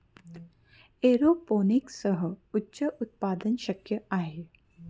एरोपोनिक्ससह उच्च उत्पादन शक्य आहे